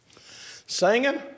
Singing